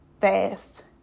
fast